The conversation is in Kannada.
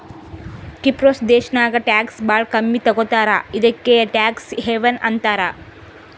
ಕಿಪ್ರುಸ್ ದೇಶಾನಾಗ್ ಟ್ಯಾಕ್ಸ್ ಭಾಳ ಕಮ್ಮಿ ತಗೋತಾರ ಇದುಕೇ ಟ್ಯಾಕ್ಸ್ ಹೆವನ್ ಅಂತಾರ